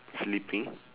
sleeping